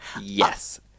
yes